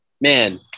man